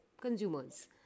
consumers